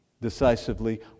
decisively